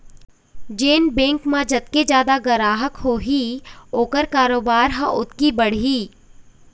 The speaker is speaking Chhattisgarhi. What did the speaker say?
जेन बेंक म जतके जादा गराहक होही ओखर कारोबार ह ओतके बढ़ही